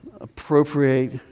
appropriate